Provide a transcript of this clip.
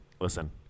listen